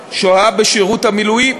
שוהה בשירות המילואים.